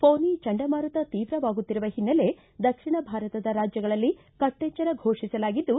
pony ಚಂಡಮಾರುತ ತೀವ್ರವಾಗುತ್ತಿರುವ ಹಿನ್ನೆಲೆ ದಕ್ಷಿಣ ಭಾರತದ ರಾಜ್ಯಗಳಲ್ಲಿ ಕಟ್ಟಚ್ವರ ಘೋಷಿಸಲಾಗಿದ್ದು